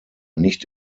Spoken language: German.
nicht